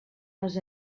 les